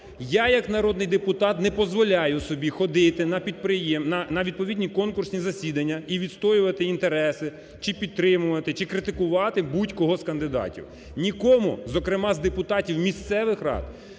Я як народний депутат не позволяю собі ходити на відповідні конкурсні засідання і відстоювати інтереси чи підтримувати, чи критикувати будь-кого з кандидатів. Нікому, зокрема, з депутатів місцевих рад